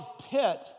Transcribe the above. pit